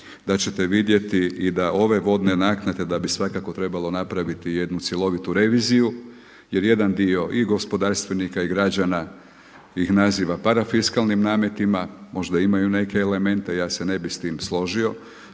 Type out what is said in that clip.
da ćete vidjeti i da ove vodne naknade da bi svakako trebalo napraviti jednu cjelovitu reviziju jer jedan dio i gospodarstvenika i građana ih naziva parafiskalnim nametima, možda imaju neke elemente, ja se ne bih s tim složio.